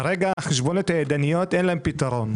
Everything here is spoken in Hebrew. כרגע לחשבוניות הידניות אין פתרון.